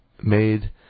made